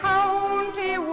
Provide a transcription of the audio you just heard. County